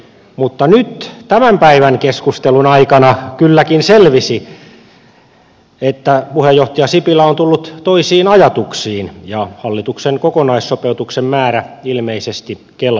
mutta nyt tämän päivän keskustelun aikana kylläkin selvisi että puheenjohtaja sipilä on tullut toisiin ajatuksiin ja hallituksen kokonaissopeutuksen määrä ilmeisesti kelpaakin